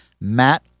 Matt